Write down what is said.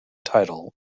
title